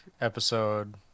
episode